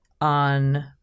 on